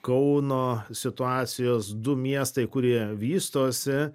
kauno situacijos du miestai kurie vystosi